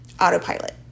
autopilot